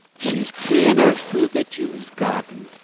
she's ta'en her to the jew's garden,